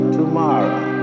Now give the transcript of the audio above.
tomorrow